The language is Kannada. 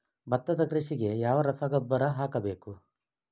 ಭತ್ತದ ಕೃಷಿಗೆ ಯಾವ ರಸಗೊಬ್ಬರ ಹಾಕಬೇಕು?